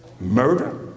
murder